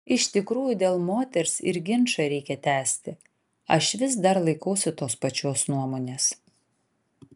iš tikrųjų dėl moters ir ginčą reikia tęsti aš vis dar laikausi tos pačios nuomonės